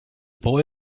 boy